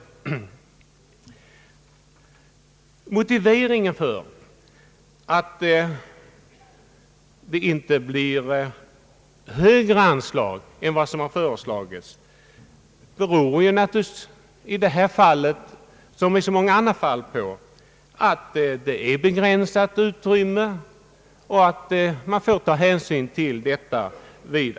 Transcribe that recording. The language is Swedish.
Utskottets motivering för att icke medge något högre anslag är naturligtvis i det här fallet liksom i så många andra att utrymmet är begränsat och att man får ta hänsyn till detta.